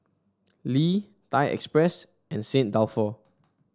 Lee Thai Express and Saint Dalfour